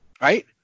Right